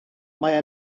mae